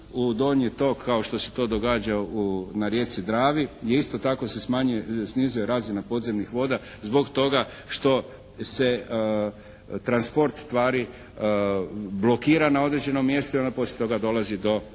u donji tok kao što se to događa na rijeci Dravi gdje isto tako se smanjuje, snizuje razina podzemnih voda zbog toga što se transport tvari blokira na određenom mjestu i onda poslije toga dolazi do